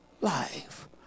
life